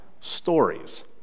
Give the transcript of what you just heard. stories